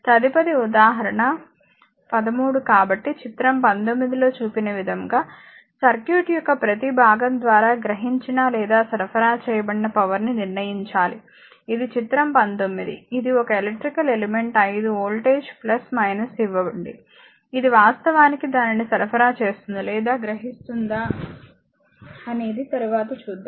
తదుపరి ఉదాహరణ 13 కాబట్టి చిత్రం 19 లో చూపిన విధంగా సర్క్యూట్ యొక్క ప్రతి భాగం ద్వారా గ్రహించిన లేదా సరఫరా చేయబడిన పవర్ ని నిర్ణయించాలి ఇది చిత్రం 19 ఇది ఒక ఎలక్ట్రికల్ ఎలిమెంట్ 5 వోల్టేజ్ ఇవ్వండి ఇది వాస్తవానికి దానిని సరఫరా చేస్తుందా లేదా గ్రహిస్తుందా అనేది తరువాత చూద్దాం